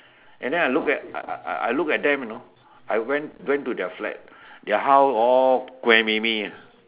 and then I look at I I I look at them you know I went went to their flat you know their house all ah